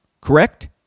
correct